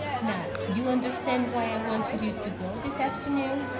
now, do you understand why i wanted you to go this afternoon?